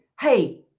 Hey